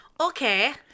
Okay